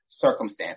circumstance